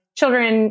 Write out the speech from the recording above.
children